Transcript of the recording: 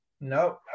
No